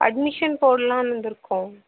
admission போட்லான்னு வந்துயிருக்கோம்